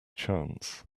chance